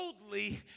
boldly